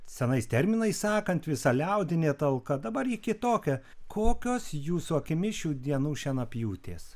senais terminais sakant visaliaudinė talka dabar ji kitokia kokios jūsų akimis šių dienų šienapjūtės